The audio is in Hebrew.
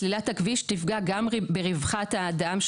סלילת הכביש תפגע גם ברווחת האדם,